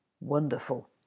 Wonderful